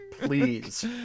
Please